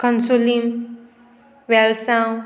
Cansaulim Velsao